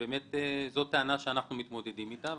זאת טענה שאנחנו מתמודדים איתה.